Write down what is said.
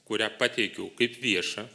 kurią pateikiau kaip viešą